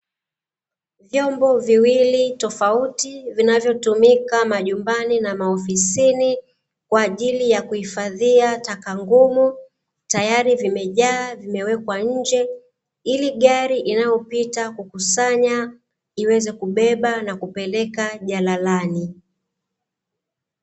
Vyombo viwili tofauti, vinavyotumika majumbani na maofisini kwa ajili ya kuhifadhia taka ngumu, tayari vimejaa, vimewekwa nje ili gari inayopita kukusanya iweze kubeba na kupeleka jalalani.